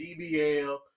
DBL